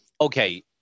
Okay